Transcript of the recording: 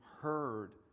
heard